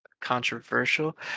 controversial